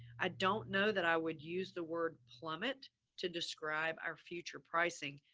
i don't know that i would use the word plummet to describe our future pricing,